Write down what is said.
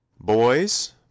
Boys